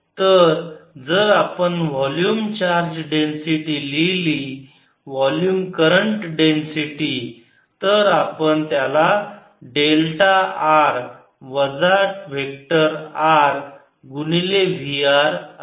तर जर आपण वोल्युम चार्ज डेन्सिटी लिहिली वोल्युम करंट डेन्सिटी तर आपण त्याला डेल्टा r वजा वेक्टर R गुणिले v r असे लिहू